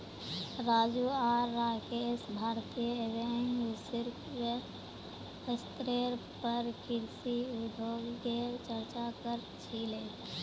राजू आर राकेश भारतीय एवं वैश्विक स्तरेर पर कृषि उद्योगगेर चर्चा क र छीले